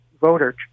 voter